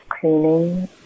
cleaning